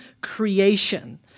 creation